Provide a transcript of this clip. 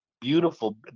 beautiful